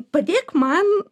padėk man